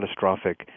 catastrophic